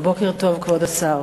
כבוד השר,